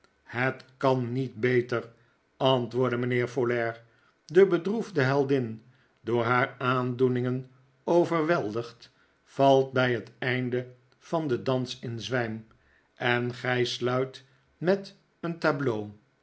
het kan niet beter antwoordde mijnheer folair de bedroefde heldin door haar aandoeningen overweldigd valt bij het einde van den dans in zwijm en gij sluit met een tableau